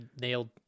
nailed